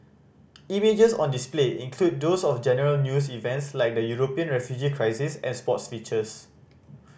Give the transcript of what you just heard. images on display include those of general news events like the European refugee crisis and sports features